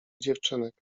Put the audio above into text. dziewczynek